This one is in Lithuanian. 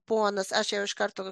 ponas aš jau iš karto